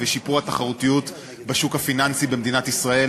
ושיפור התחרותיות בשוק הפיננסים במדינת ישראל.